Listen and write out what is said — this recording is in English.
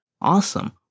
Awesome